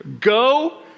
Go